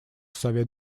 совет